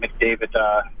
McDavid